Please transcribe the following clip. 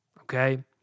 Okay